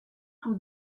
tout